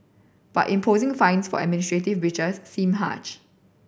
but imposing fines for administrative breaches seem harsh